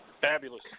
Fabulous